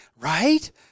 right